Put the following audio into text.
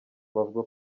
bavuga